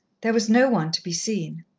there was no one to be seen.